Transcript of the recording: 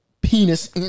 Penis